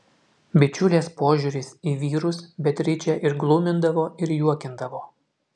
bičiulės požiūris į vyrus beatričę ir glumindavo ir juokindavo